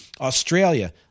Australia